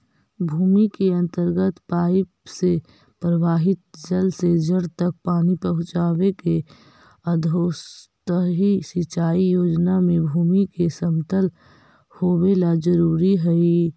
भूमि के अंदर पाइप से प्रवाहित जल से जड़ तक पानी पहुँचावे के अधोसतही सिंचाई योजना में भूमि के समतल होवेला जरूरी हइ